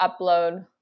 upload